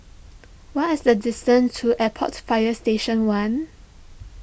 what is the distance to Airport Fire Station one